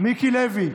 מיקי לוי.